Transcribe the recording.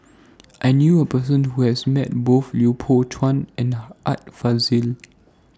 I knew A Person Who has Met Both Lui Pao Chuen and Art Fazil